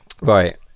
Right